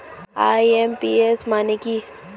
IMPS মানে কি?